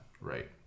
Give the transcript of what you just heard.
Right